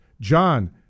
John